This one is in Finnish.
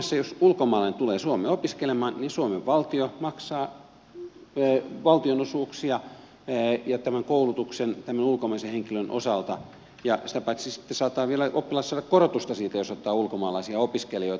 jos ulkomaalainen tulee suomeen opiskelemaan niin suomen valtio maksaa valtionosuuksia tämän koulutuksen ja tämän ulkomaalaisen henkilön osalta ja sitä paitsi sitten saattaa vielä oppilaitos saada korotusta siitä jos ottaa ulkomaalaisia opiskelijoita